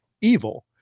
evil